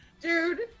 Dude